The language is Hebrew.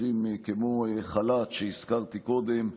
מקרים כמו חל"ת, שהזכרתי קודם,